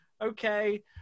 Okay